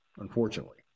Unfortunately